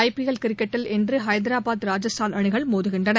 ஐ PL கிரிக்கெட்டில் இன்றுஹைதராபாத் ராஜஸ்தான் அணிகள் மோதுகின்றன